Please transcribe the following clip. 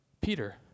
Peter